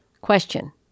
Question